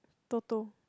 Toto